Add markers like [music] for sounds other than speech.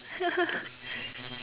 [laughs]